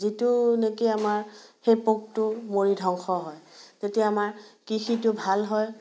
যিটো নেকি আমাৰ সেই পোকটো মৰি ধ্বংস হয় তেতিয়া আমাৰ কৃষিটো ভাল হয়